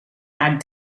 add